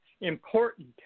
important